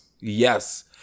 Yes